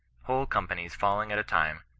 whole companies falling at a time,